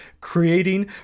creating